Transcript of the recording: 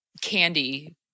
candy